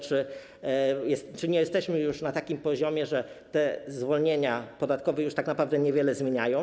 Czy nie jesteśmy już na takim poziomie, że te zwolnienia podatkowe już tak naprawdę niewiele zmieniają?